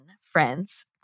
friends